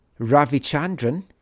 Ravichandran